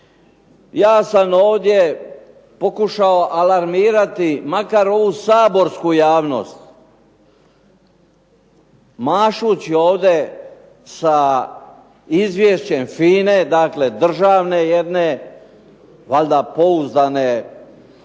Ja sam ovdje pokušao alarmirati makar ovu saborsku javnost, mašući ovdje sa izvješćem FINA-e, dakle državne jedne pouzdane